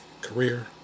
career